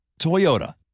Toyota